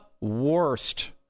worst